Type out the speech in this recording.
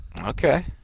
Okay